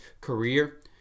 career